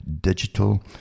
digital